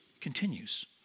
continues